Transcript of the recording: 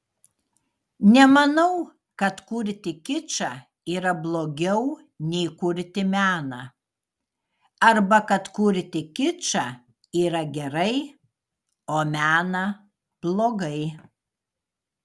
nemanau kad kurti kičą yra blogiau nei kurti meną arba kad kurti kičą yra gerai o meną blogai